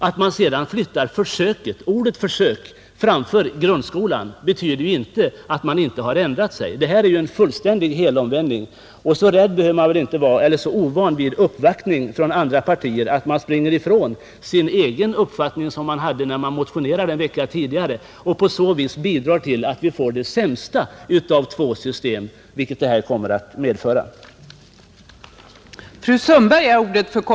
Att man sedan flyttar in ordet ”försök” framför grundskolan betyder då att man har ändrat sig. Detta är alltså en fullständig helomvändning. Så ovan vid uppvaktning från andra partier behöver man väl ändå inte vara att man springer ifrån en uppfattning man hade när man en vecka tidigare motionerade och på så sätt bidrar till att vi nu får det sämsta av två system, vilket utskottets betänkande kommer att medföra,